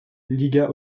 liga